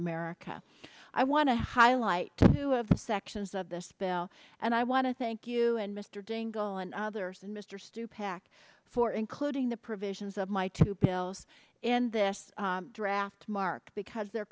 america i want to highlight two of the sections of this bill and i want to thank you and mr dingell and others and mr stupak for including the provisions of my two bills in this draft mark because they're